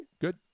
Good